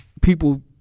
people